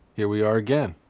here we are again.